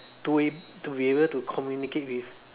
to be to be able to communicate with